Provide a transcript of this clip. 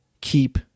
Keep